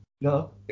No